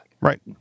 right